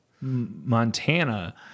Montana